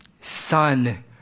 Son